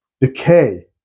decay